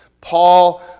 Paul